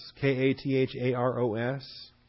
K-A-T-H-A-R-O-S